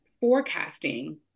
forecasting